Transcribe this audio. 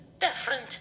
different